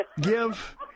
Give